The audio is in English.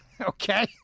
Okay